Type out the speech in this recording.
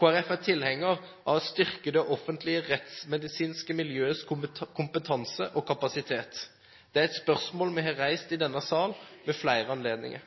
er tilhenger av å styrke det offentlige rettsmedisinske miljøets kompetanse og kapasitet. Det er et spørsmål vi har reist i denne sal ved flere anledninger.